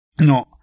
No